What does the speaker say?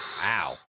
wow